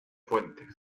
fuentes